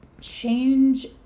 change